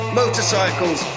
motorcycles